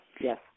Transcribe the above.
Yes